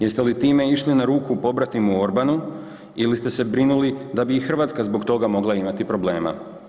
Jeste li time išli na ruku pobratimu Orbanu, ili ste se brinuli da bi i Hrvatska zbog toga mogla imati problema?